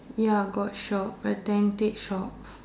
ya got shop a tentage shop